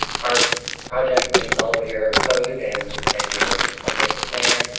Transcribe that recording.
our project meets all of your code and and your comprehensive plan.